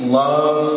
love